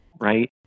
right